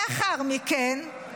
לאחר מכן,